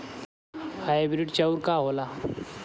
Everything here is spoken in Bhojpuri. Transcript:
हाइब्रिड चाउर का होला?